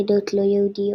"עדות לא יהודיות".